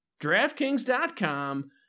DraftKings.com